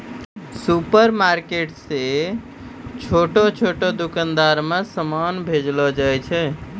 supermarket से छोटो छोटो दुकान मे समान भेजलो जाय छै